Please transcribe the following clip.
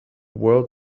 world